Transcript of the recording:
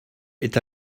est